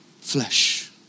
flesh